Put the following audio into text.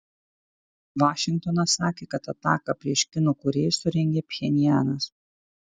vašingtonas sakė kad ataką prieš kino kūrėjus surengė pchenjanas